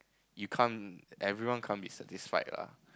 you can't everyone can't be satisfied lah